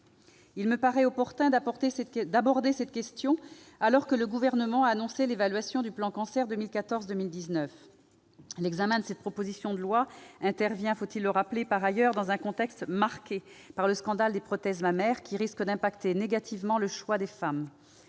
Il me paraît opportun d'aborder cette question alors que le Gouvernement a annoncé l'évaluation du plan Cancer 2014-2019. L'examen de cette proposition de loi intervient par ailleurs, faut-il le rappeler, dans un contexte marqué par le scandale des prothèses mammaires, qui risque d'impacter négativement le choix des femmes.